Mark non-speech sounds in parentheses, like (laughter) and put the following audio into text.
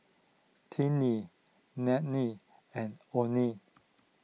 Tinnie (unintelligible) and oneal